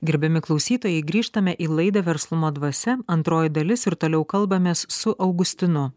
gerbiami klausytojai grįžtame į laidą verslumo dvasia antroji dalis ir toliau kalbamės su augustinu